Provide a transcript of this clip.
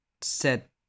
set